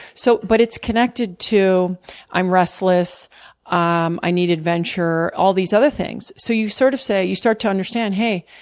so but it's connected to i'm restless um i need adventure, all these other things. so you sort of say you start to understand, hey,